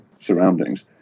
surroundings